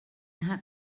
had